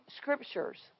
Scriptures